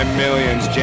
millions